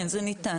כן, זה ניתן.